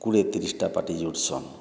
କୁଡ଼ିଏ ତିରିଶ୍ ଟା ପାଟି ଜୁଡ଼ସନ୍